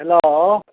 hello